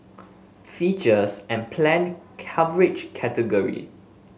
features and planned coverage category